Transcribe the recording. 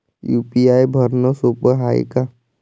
UPI भरनं सोप हाय का?